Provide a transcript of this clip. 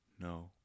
no